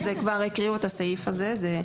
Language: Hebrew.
כבר הקריאו את הסעיף הזה.